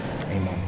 Amen